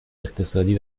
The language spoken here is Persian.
اقتصادی